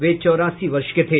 वे चौरासी वर्ष के थे